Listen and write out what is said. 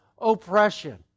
oppression